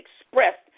expressed